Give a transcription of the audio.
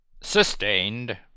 Sustained